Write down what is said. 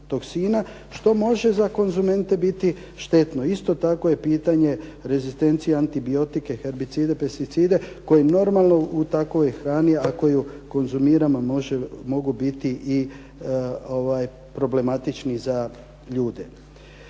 što može za konzumente biti štetno. Isto tako je pitanje rezistencije, antibiotike, herbicide, pesticide koji normalno u takvoj hrani ako ju konzumiramo mogu biti i problematični za ljude.